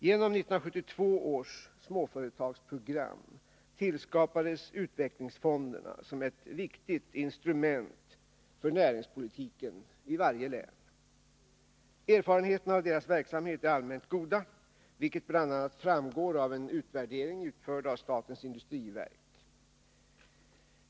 Genom 1977 års småföretagsprogram tillskapades utvecklingsfonderna som ett viktigt instrument för näringspolitiken i varje län. Erfarenheterna av deras verksamhet är allmänt goda, vilket bl.a. framgår av en utvärdering som gjorts av statens industriverk.